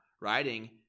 writing